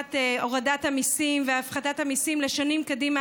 מבחינת הורדת המיסים והפחתת המיסים לשנים קדימה,